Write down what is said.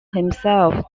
himself